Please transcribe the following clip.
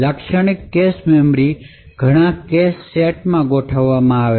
લાક્ષણિક cache memory ઘણા cache સેટ્સમાં ગોઠવવામાં આવે છે